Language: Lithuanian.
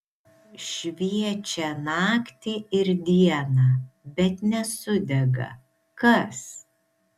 šviečią naktį ir dieną bet nesudega kas